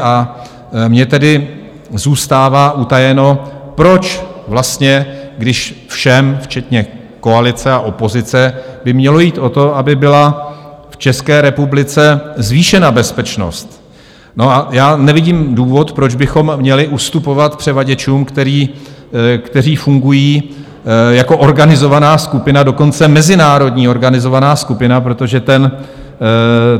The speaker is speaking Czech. A mně tedy zůstává utajeno, proč vlastně, když všem, včetně koalice a opozice, by mělo jít o to, aby byla v České republice zvýšena bezpečnost, a já nevidím důvod, proč bychom měli ustupovat převaděčům, kteří fungují jako organizovaná skupina, dokonce mezinárodní organizovaná skupina, protože